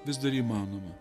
vis dar įmanoma